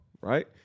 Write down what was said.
right